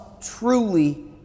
truly